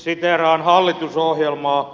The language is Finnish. siteeraan hallitusohjelmaa